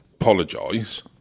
apologise